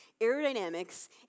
aerodynamics